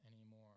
anymore